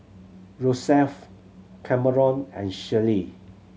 Rosevelt Cameron and Shellie